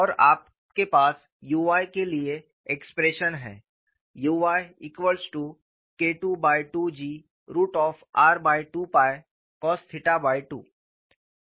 और आपके पास u y के लिए एक्सप्रेशन है uyKII2Gr2cos2 12sin22 है